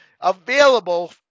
available